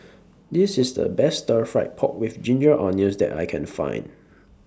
This IS The Best Stir Fried Pork with Ginger Onions that I Can Find